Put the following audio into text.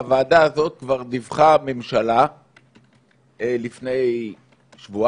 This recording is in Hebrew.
בוועדה הזאת כבר דיווחה הממשלה לפני שבועיים,